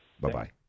Bye-bye